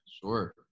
Sure